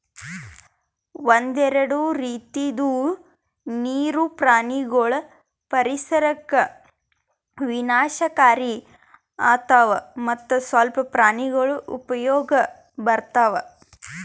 ಒಂದೆರಡು ರೀತಿದು ನೀರು ಪ್ರಾಣಿಗೊಳ್ ಪರಿಸರಕ್ ವಿನಾಶಕಾರಿ ಆತವ್ ಮತ್ತ್ ಸ್ವಲ್ಪ ಪ್ರಾಣಿಗೊಳ್ ಉಪಯೋಗಕ್ ಬರ್ತವ್